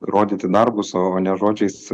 rodyti darbus o ne žodžiais